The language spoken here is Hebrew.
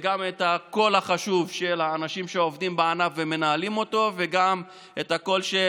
גם את הקול החשוב של האנשים שעובדים בענף ומנהלים אותו וגם את הקול של